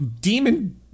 demon